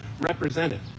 represented